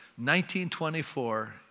1924